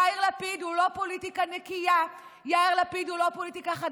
יאיר לפיד הוא לא פוליטיקה נקייה,